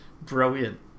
Brilliant